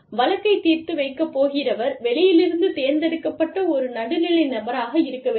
வழக்கைத் தீர்த்து வைக்கப் போகிறவர் வெளியிலிருந்து தேர்ந்தெடுக்கப்பட்ட ஒரு நடுநிலை நபராக இருக்க வேண்டும்